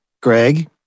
Greg